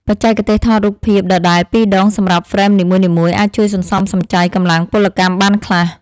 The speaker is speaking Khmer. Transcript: បច្ចេកទេសថតរូបភាពដដែលពីរដងសម្រាប់ហ្វ្រេមនីមួយៗអាចជួយសន្សំសំចៃកម្លាំងពលកម្មបានខ្លះ។